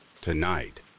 Tonight